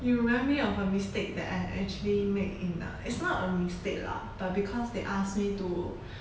you remind me of a mistake that I actually made in uh it's not a mistake lah but because they ask me to